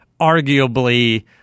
arguably